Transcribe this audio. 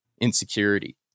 insecurity